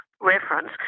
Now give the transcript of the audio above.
reference